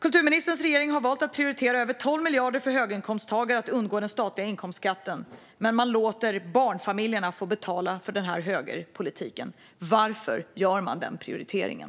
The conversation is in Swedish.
Kulturministerns regering har valt att prioritera att över 12 miljarder ska gå till att höginkomsttagare ska undgå den statliga inkomstskatten. Man låter barnfamiljerna betala för denna högerpolitik. Varför gör man den prioriteringen?